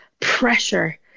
pressure